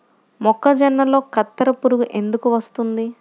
మొక్కజొన్నలో కత్తెర పురుగు ఎందుకు వస్తుంది?